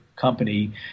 company